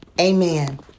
Amen